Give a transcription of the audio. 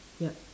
ya